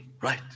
Right